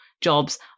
jobs